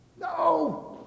No